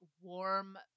warm